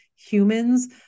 humans